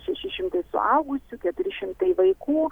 šeši šimtai suaugusių keturi šimtai vaikų